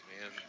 man